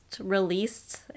released